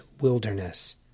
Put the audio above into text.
wilderness